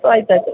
ಆಯ್ತು ಆಯಿತು